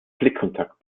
blickkontakt